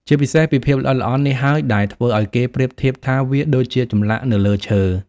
ជាពិសេសពីភាពល្អិតល្អន់នេះហើយដែលធ្វើឱ្យគេប្រៀបធៀបថាវាដូចជាចម្លាក់នៅលើឈើ។